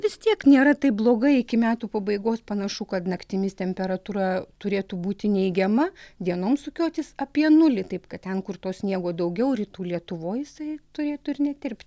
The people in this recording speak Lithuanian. vis tiek nėra taip blogai iki metų pabaigos panašu kad naktimis temperatūra turėtų būti neigiama dienom sukiotis apie nulį taip kad ten kur to sniego daugiau rytų lietuvoj jisai turėtų ir netirpti